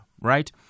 right